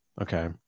Okay